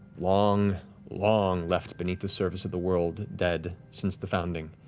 long long left beneath the surface of the world, dead since the founding,